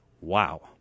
Wow